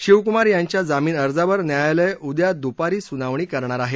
शिवकुमार यांच्या जामीन अर्जावर न्यायालय उद्या दुपारी सुनावणी करणार आहे